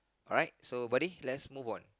alright so buddy let's move on